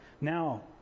Now